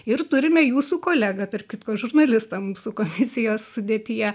ir turime jūsų kolegą tarp kitko žurnalistą mūsų komisijos sudėtyje